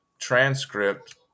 transcript